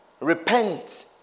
repent